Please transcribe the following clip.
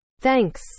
Thanks